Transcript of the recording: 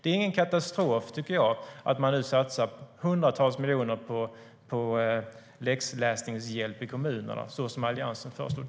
Det är ingen katastrof, tycker jag, att man nu satsar hundratals miljoner på läxläsningshjälp till kommunerna, så som Alliansen föreslog.